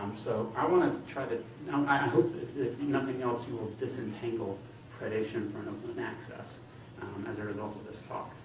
um so i want to try to i hope, if nothing else, you will disentangle predation from open and access as a result of this talk.